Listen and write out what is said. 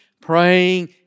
praying